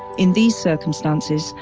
in these circumstances,